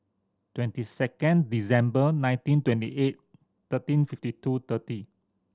twenty second December nineteen twenty eight thirteen fifty two thirty